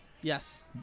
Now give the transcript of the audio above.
Yes